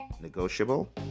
Negotiable